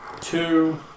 two